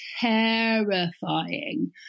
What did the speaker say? terrifying